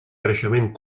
creixement